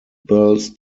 belts